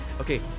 Okay